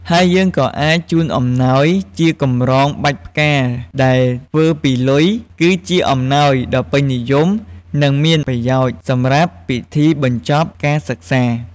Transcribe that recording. ហើយយើងក៏អាច ជូនអំណោយជាកម្រងបាច់ផ្កាដែលធ្វើពីលុយ គឺជាអំណោយដ៏ពេញនិយម និងមានប្រយោជន៍សម្រាប់ពិធីបញ្ចប់ការសិក្សា។